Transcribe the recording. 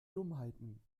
dummheiten